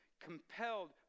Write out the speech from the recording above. compelled